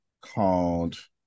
called